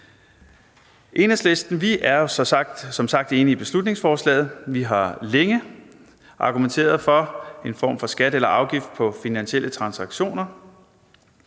Enhedslisten er som sagt enig i beslutningsforslaget. Vi har længe argumenteret for en form for skat eller afgift på finansielle transaktioner.